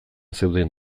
zeuden